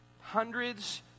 hundreds